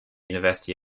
university